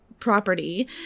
property